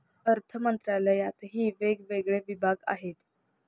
अर्थमंत्रालयातही वेगवेगळे विभाग आहेत